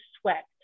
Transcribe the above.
sweat